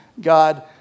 God